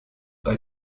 bei